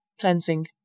cleansing